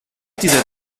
dieser